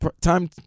time